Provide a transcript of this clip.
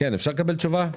אפשר לקבל תשובה?